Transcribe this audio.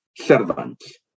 servants